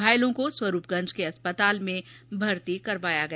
घायलों को स्वरूपगंज के अस्पताल में भर्ती कराया गया